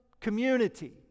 community